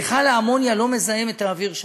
מכל האמוניה לא מזהם את האוויר שם,